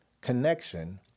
connection